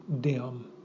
dim